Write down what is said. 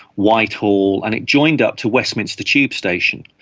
whitehall, and it joined up to westminster tube station,